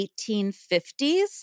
1850s